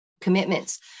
commitments